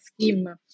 scheme